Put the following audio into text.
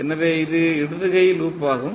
எனவே இது இடது கை லூப் ஆகும்